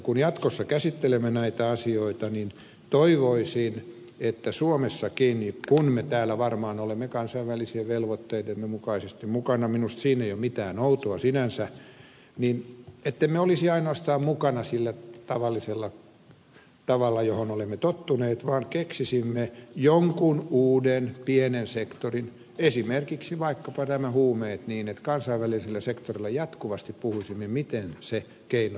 kun jatkossa käsittelemme näitä asioita niin toivoisin että suomessakin kun me täällä varmaan olemme kansainvälisien velvoitteidemme mukaisesti mukana minusta siinä ei ole mitään outoa sinänsä emme olisi ainoastaan mukana sillä tavallisella tavalla johon olemme tottuneet vaan keksisimme jonkin uuden pienen sektorin esimerkiksi vaikkapa nämä huumeet niin että kansainvälisellä sektorilla jatkuvasti puhuisimme miten se ongelma ratkaistaan